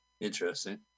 Interesting